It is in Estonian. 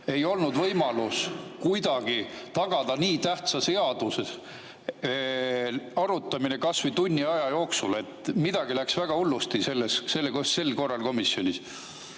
ei olnud võimalust kuidagi tagada nii tähtsa seaduse arutamist kas või tunni aja jooksul? Kas midagi läks väga hullusti sel korral komisjonis?